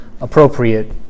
appropriate